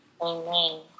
Amen